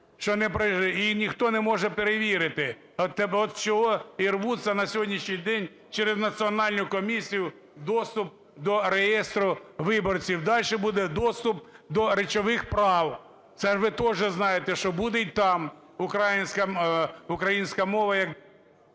і ніхто не може перевірити. От чого і рвуться на сьогоднішній день через Національну комісію доступ до реєстру виборців. Дальше буде доступ до речових прав, це ж ви тоже знаєте, що буде й там українська мова….